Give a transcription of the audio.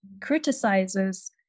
criticizes